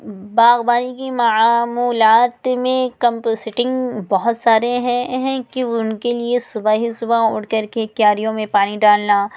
باغبانی کی معمولات میں کمپوسٹنگ بہت سارے ہیں ہیں کہ ان کے لیے صبح ہی صبح اٹھ کر کے کیاریوں میں پانی ڈالنا